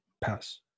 pass